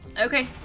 Okay